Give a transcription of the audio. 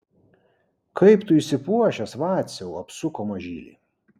kaip tu išsipuošęs vaciau apsuko mažylį